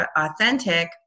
authentic